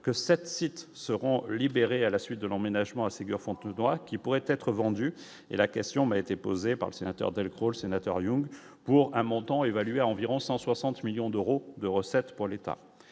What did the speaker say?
que 7 sites seront libérés à la suite de l'emménagement à Ségur Fontenoy qui pourraient être vendus et la question m'a été posée par le sénateur Delfau, le sénateur Young pour un montant évalué à environ 160 millions d'euros de recettes pour l'État,